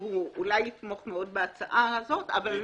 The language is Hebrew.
שהוא יתמוך מאוד בהצעה הזאת.